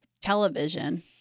television